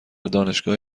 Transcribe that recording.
دانشگاه